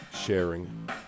sharing